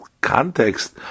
context